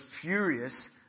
furious